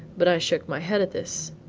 but i shook my head at this.